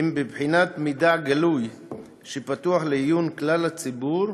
הם בבחינת מידע גלוי שפתוח לעיון כלל הציבור